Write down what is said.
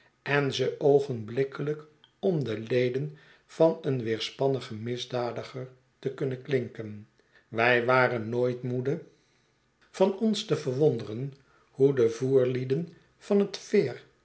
en ze oogenblikkelijk om de leden van een weerspannigen misdadiger te kunnen klinken wij waren nooit moede van ons te verwonderen hoe de voerlieden van net